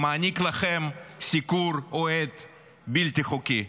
המעניק לכם סיקור אוהד בלתי חוקי?